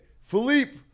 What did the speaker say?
Philippe